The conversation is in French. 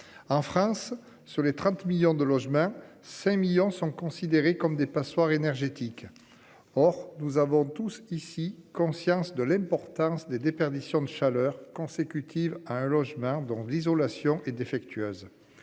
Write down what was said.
En France, sur les 30 millions de logements, 5 millions sont considérés comme des passoires énergétiques. Or nous avons tous ici conscience de l'importance des déperditions de chaleur consécutive à un logement dont l'isolation et défectueuse.